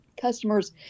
customers